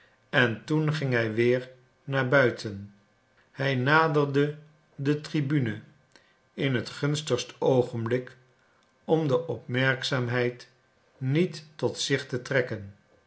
en toen ging hij weer naar buiten hij naderde de tribune in het gunstigst oogenblik om de opmerkzaamheid niet tot zich te trekken